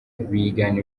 bigana